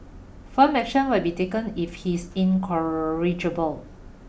firm action will be taken if he is incorrigible